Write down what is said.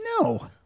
No